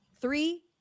Three